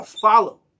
follow